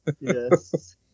Yes